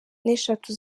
n’eshatu